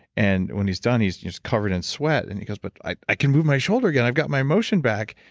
and when he's done, he's just covered in sweat, and he goes, but i i can move my shoulder again i've got my motion back.